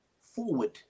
forward